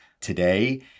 today